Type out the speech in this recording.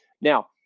now